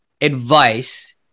advice